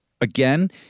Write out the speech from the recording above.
Again